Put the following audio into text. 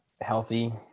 healthy